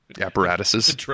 apparatuses